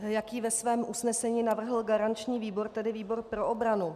Jaký ve svém usnesení navrhl garanční výbor, tedy výbor pro obranu.